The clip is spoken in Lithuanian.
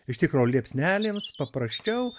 iš tikro liepsnelėms paprasčiau